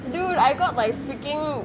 dude I got like freaking